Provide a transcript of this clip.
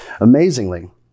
Amazingly